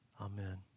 Amen